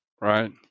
Right